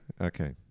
Okay